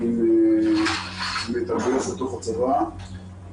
שהוא בעיני חייל בצה"ל שעובד איתנו ביחד עם מחלקת בריאות הנפש,